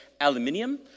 aluminium